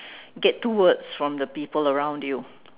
get two words from the people around you